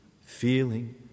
feeling